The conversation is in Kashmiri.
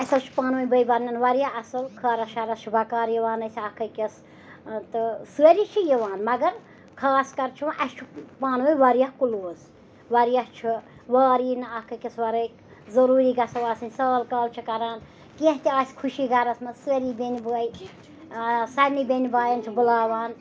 اَسہِ حظ چھُ پانہٕ ؤنۍ بٔے بارنٮ۪ن واریاہ اَصٕل خٲرَس شَرَس چھِ بَکار یِوان أسۍ اَکھ أکِس تہٕ سٲری چھِ یِوان مگر خاص کر چھُ وۄنۍ اَسہِ چُھ پانہٕ ؤنۍ واریاہ کٕلوز واریاہ چھُ وار یی نہٕ اَکھ أکِس وَرٲے ضٔرٗوٗری گَژھو آسٕنۍ سال کال چھِ کران کینٛہہ تہِ آسہِ خُشی گَرَس منٛز سأری بیٚنہِ بأے سارنی بیٚنہِ بایَن چھِ بُلاوان